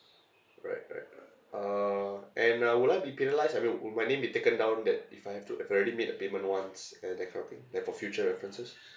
alright alright uh ah and uh would I be penalised every w~ would my name be taken down that if I have to I've already made a payment once and that kind of thing that for future references